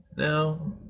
Now